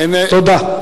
תודה.